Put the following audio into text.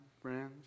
friends